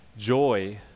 Joy